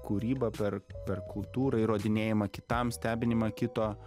kūrybą per per kultūrą įrodinėjimą kitam stebinimą kito